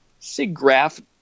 SIGGRAPH